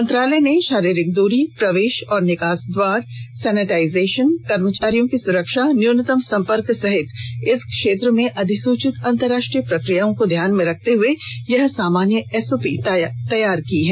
मंत्रालय ने शारीरिक दूरी प्रवेश और निकास द्वार सैनिटाइजेशन कर्मचारियों की सुरक्षा न्यूनतम संपर्क सहित इस क्षेत्र में अधिसुचित अंतर्राष्ट्रीय प्रक्रियाओं को ध्यान में रखते हुए यह सामान्य एसओपी तैयार की है